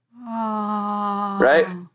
right